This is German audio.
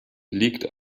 liegt